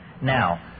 Now